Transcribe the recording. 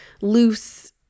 loose